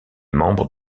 membre